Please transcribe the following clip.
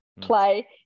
play